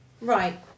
right